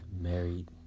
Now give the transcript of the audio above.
married